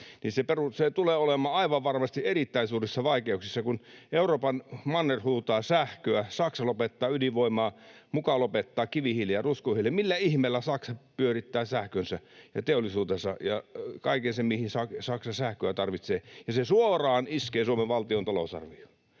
tulemme olemaan aivan varmasti erittäin suurissa vaikeuksissa, kun Euroopan manner huutaa sähköä ja Saksa lopettaa ydinvoimaa ja muka lopettaa kivihiilen ja ruskohiilen. Millä ihmeellä Saksa pyörittää sähkönsä ja teollisuutensa ja kaiken sen, mihin Saksa sähköä tarvitsee? Se suoraan iskee Suomen valtion talousarvioon.